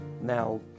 Now